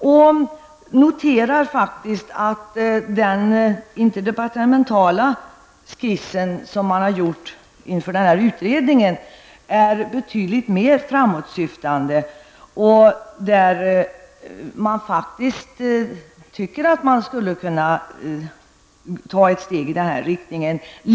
Jag noterar faktiskt att den interdepartementala skiss som har gjorts inför utredningen är betydligt mer framåtsyftande. Där tycker man faktiskt att det skulle kunna gå att ta ett steg i ny riktning.